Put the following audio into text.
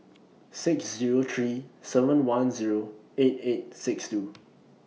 six Zero three seven one Zero eight eight six two